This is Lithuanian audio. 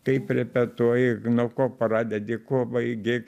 kaip repetuoji nuo ko pradedi kuo baigi